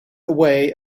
away